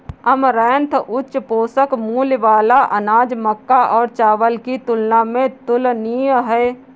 amaranth उच्च पोषण मूल्य वाला अनाज मक्का और चावल की तुलना में तुलनीय है